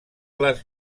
les